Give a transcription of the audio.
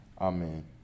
Amen